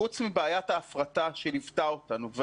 חוץ מבעיית ההפרטה שליוותה אותנו,